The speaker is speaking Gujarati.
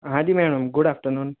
હાં જી મેડમ ગુડ આફ્ટરનુન